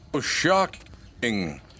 shocking